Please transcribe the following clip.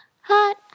hot